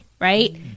right